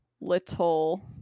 little